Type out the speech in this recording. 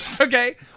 Okay